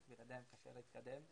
--- להתקדם,